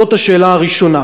זאת השאלה הראשונה.